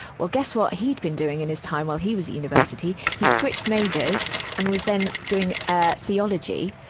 well, guess what? he'd been doing in his time while he was at university? he switched majors and was then doing, ah, theology.